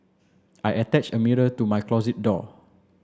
I attached a mirror to my closet door